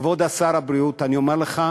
כבוד שר הבריאות, אני אומר לך,